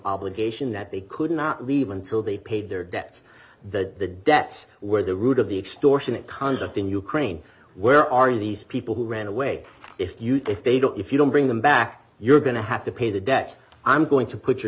obligation that they could not leave until they paid their debts that the debts were the root of the extortionate conduct in ukraine where are these people who ran away if you think they don't if you don't bring them back you're going to have to pay the debts i'm going to put your